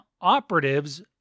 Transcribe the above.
operatives